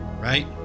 right